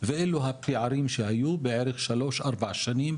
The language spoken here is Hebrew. אלו הפערים שהיו בערך 3-4 שנים,